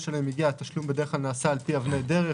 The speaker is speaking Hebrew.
שלהם מגיע התשלום בדרך כלל נעשה לפי אבני דרך